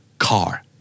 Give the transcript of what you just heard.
Car